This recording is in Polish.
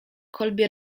kolbie